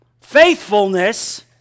Faithfulness